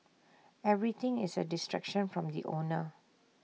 everything is A distraction from the owner